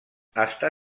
està